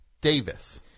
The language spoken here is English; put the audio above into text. Davis